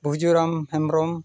ᱵᱷᱩᱡᱩᱨᱟᱢ Hembrom